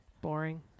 Boring